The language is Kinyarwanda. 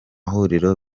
huriro